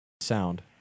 sound